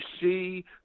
see